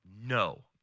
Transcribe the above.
no